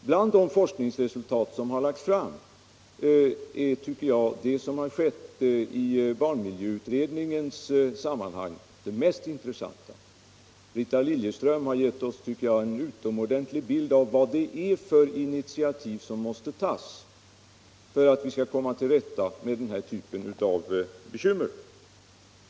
Bland de forskningsresultat som har lagts fram är, tycker jag, de som presenterats i anslutning till barnmiljöutredningen är mest intressanta. Rita Liljeström har gett oss en bild av vad det är för slags initiativ som måste tas för att vi skall komma till rätta med den här typen av bekymmer.